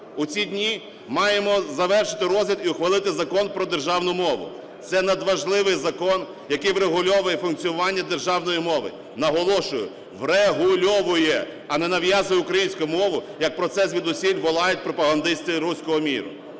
У ці дні маємо завершити розгляд і ухвалити Закон про державну мову. Це надважливий закон, який врегульовує функціонування державної мови. Наголошую, врегульовує, а не нав'язує українську мову, як про це звідусіль волають пропагандисти "руського миру".